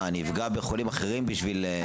מה, אני אפגע בחולים אחרים בשביל להכניס